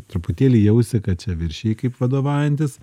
truputėlį jausi kad čia viršiji kaip vadovaujantis